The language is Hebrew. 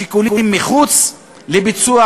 השיקולים מחוץ לביצוע